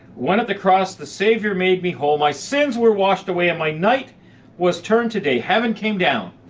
when at the cross the savior made me whole. my sins were washed away, and my night was turned to day. heaven came down,